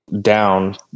down